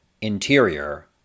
Interior